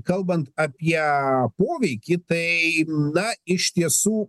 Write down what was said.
kalbant apie poveikį tai na iš tiesų